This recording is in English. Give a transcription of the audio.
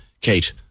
Kate